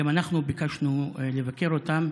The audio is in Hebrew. גם אנחנו ביקשנו לבקר אותם.